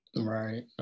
Right